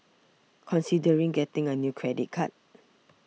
considering getting a new credit card